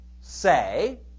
say